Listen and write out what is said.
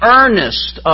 earnest